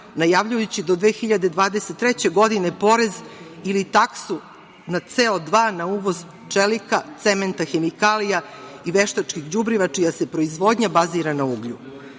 najavljujući do 2023. godine porez ili taksu na CO2, na uvoz čelika, cementa, hemikalija i veštačkih đubriva čija se proizvodnja bazira na